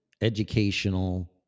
educational